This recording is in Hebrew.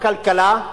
בכלכלה